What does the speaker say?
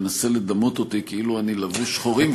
שתנסה לדמות אותי כאילו אני לבוש שחורים,